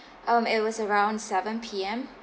um it was around seven P_M